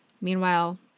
Meanwhile